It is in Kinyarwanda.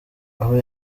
aho